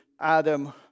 Adam